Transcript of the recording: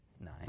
nine